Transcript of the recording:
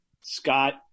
Scott